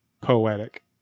poetic